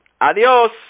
¡Adiós